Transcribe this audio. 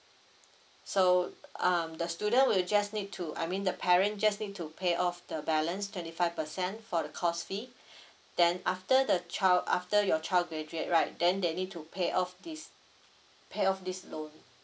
so um the student will just need to I mean the parent just need to pay off the balance twenty five percent for the course fee then after the child after your child graduate right then they need to pay off this pay off this loan